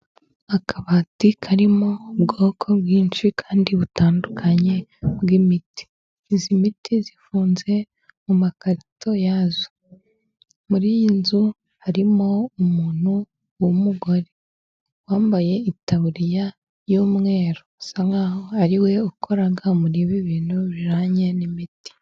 Akabati karimo ubwoko bwinshi kandi butandukanye bw' imiti, iyi miti ifunze mu makarito yazo, muri iyi nzu harimo umuntu w'umugore wambaye itaburiya y'umweru ,usa nkaho ari we ukora muri ibi ibintu biryanye n'imiti.